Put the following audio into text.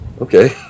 okay